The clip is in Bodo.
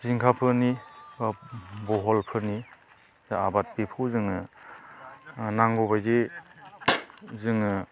जिंखाफोरनि बहलफोरनि जा आबाद बेखौ जोङो नांगौबायदि जोङो